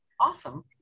Awesome